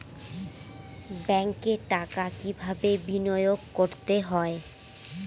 ব্যাংকে টাকা কিভাবে বিনোয়োগ করতে হয়?